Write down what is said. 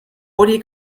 oli